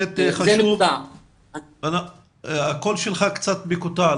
ניקח את סכנין, אתה מנהל מחלקת הרווחה שם.